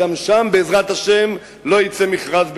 גם שם בעזרת השם לא יצא מכרז בקרוב.